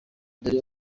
dore